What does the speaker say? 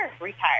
retired